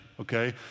okay